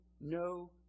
no